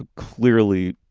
ah clearly,